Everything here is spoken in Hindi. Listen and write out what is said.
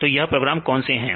तो यह प्रोग्राम कौन से हैं